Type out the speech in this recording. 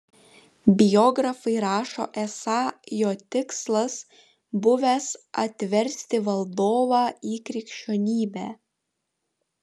biografai rašo esą jo tikslas buvęs atversti valdovą į krikščionybę